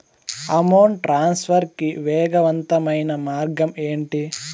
amount transfer కి వేగవంతమైన మార్గం ఏంటి